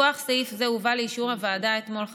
מכוח סעיף זה הובא לאישור הוועדה אתמול,